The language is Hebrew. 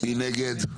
6 נגד,